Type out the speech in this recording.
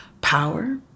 power